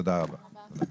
תודה רבה.